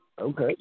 okay